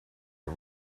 are